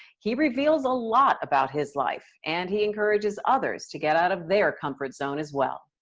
he reveals a lot about his life, and he encourages others, to get out of their comfort zone as well.